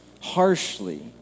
harshly